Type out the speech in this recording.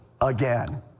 again